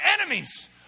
enemies